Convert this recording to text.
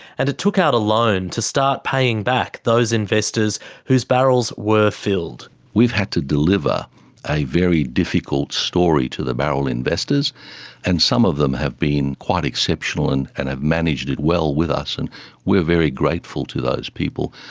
and it took out a loan to start paying back those investors whose barrels were filled. we've had to deliver a very difficult story to the barrel investors and some of them have been quite exceptional and and have managed it well with us and we are very grateful to those people,